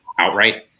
outright